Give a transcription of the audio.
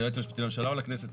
היועץ המשפטי לממשלה או לכנסת?